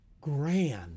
grand